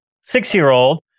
six-year-old